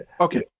Okay